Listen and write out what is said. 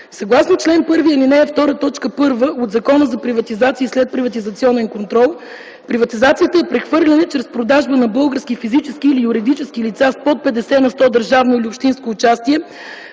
Съгласно чл. 1, ал. 2, т. 1 от Закона за приватизация и следприватизационен контрол приватизацията е „прехвърляне чрез продажба на български физически или юридически лица с под 50 на сто държавно или общинско участие